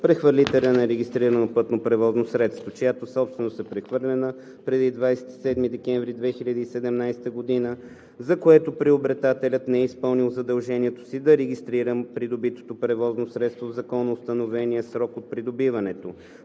Прехвърлителят на регистрирано пътно превозно средство, чиято собственост е прехвърлена преди 27 декември 2017 г., за което приобретателят не е изпълнил задължението си да регистрира придобитото превозно средство в законоустановения срок от придобиването,